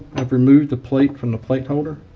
i've removed the plate from the plate holder.